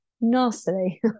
nastily